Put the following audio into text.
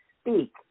speak